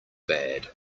bad